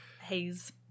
haze